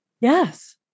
Yes